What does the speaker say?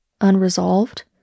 unresolved